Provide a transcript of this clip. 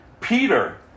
Peter